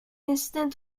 incident